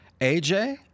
AJ